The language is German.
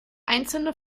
einzelne